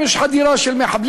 אם יש חדירה של מחבלים,